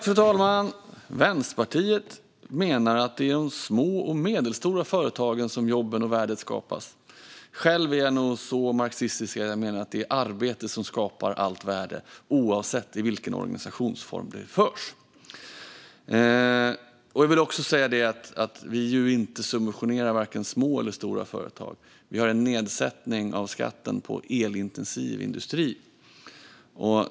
Fru talman! Vänsterpartiet menar att det är i de små och medelstora företagen som jobben och värdet skapas. Själv är jag nog så marxistisk att jag menar att det är arbete som skapar allt värde oavsett i vilken organisationsform det görs. Vi subventionerar varken små eller stora företag. Vi har en nedsättning av skatten på elintensiv industri.